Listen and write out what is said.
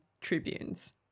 tribunes